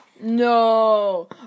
No